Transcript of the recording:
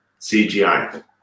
CGI